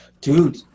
dude